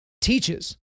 teaches